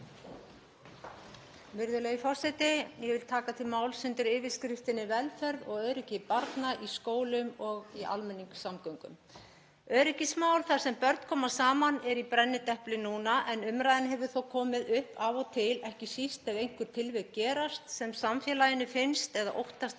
Virðulegi forseti. Ég vil taka til máls undir yfirskriftinni: Velferð og öryggi barna í skólum og í almenningssamgöngum. Öryggismál þar sem börn koma saman eru í brennidepli núna en umræðan hefur þó komið upp af og til, ekki síst ef einhver tilvik gerast sem samfélaginu finnst eða óttast að